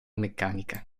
meccanica